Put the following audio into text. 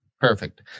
Perfect